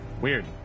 Weird